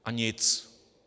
A nic.